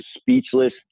speechless